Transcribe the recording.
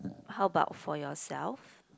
how about for yourself